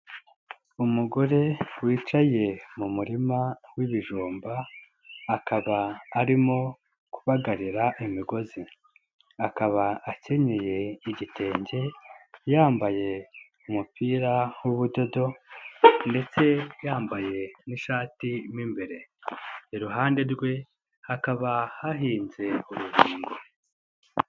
Umugore wicaye mu murima w'ibijumba, akaba arimo kubagarira imigozi, akaba akenyeye igitenge, yambaye umupira w'ubudodo ndetse yambaye n'ishati mo imbere, iruhande rwe hakaba hahinze urubingo.